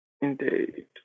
Indeed